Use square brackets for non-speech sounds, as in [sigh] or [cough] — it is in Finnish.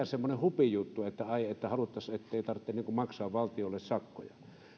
[unintelligible] semmoinen hupijuttu että ai kun haluttaisiin ettei tarvitse maksaa valtiolle sakkoja